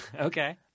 Okay